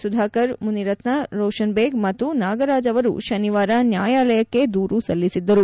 ಸುಧಾಕರ್ ಮುನಿರತ್ನ ರೋಷನ್ ಬೇಗ್ ಮತ್ತು ನಾಗರಾಜ್ ಅವರು ಶನಿವಾರ ನ್ಯಾಯಾಲಯಕ್ಕೆ ದೂರು ಸಲ್ಲಿಸಿದ್ದರು